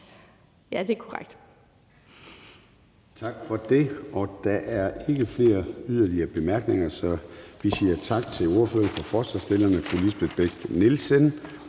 Ja, det er korrekt.